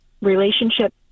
relationship